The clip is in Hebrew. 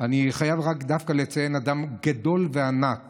אני חייב רק לציין אדם גדול וענק